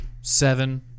Seven